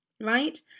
right